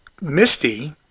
Misty